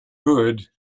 good